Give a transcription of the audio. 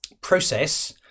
process